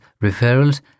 referrals